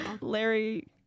Larry